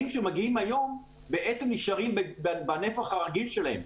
שמגיעים היום בעצם נשארים בנפח הרגיל שלהם.